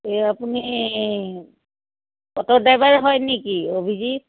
এই আপুনি auto driver হয় নেকি অভিজিত